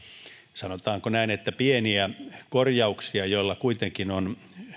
sanotaanko näin pieniä korjauksia joilla kuitenkin on